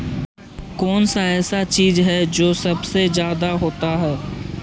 कौन सा ऐसा चीज है जो सबसे ज्यादा होता है?